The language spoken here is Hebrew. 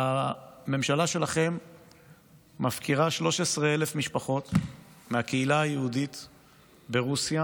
הממשלה שלכם מפקירה 13,000 משפחות מהקהילה היהודית ברוסיה,